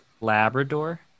Labrador